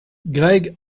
greg